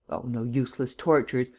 no useless tortures.